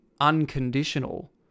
unconditional